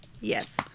yes